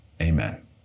Amen